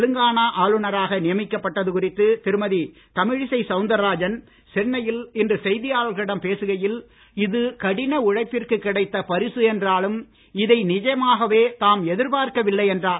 தெலுங்கானா ஆளுநராக நியமிக்கப்பட்டது குறித்து திருமதி தமிழிசை சவுந்தரராஜன் சென்னையில் இன்று செய்தியாளர்களிடம் பேசுகையில் இது கடின உழைப்பிற்கு கிடைத்த பரிசு என்றாலும் இதை நிஜமாகவே தாம் எதிர்பார்க்கவில்லை என்றார்